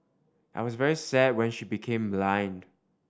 I was very sad when she became blind